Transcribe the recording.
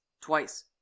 twice